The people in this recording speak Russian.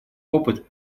опыт